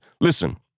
listen